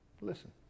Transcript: Listen